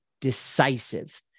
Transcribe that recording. decisive